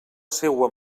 seua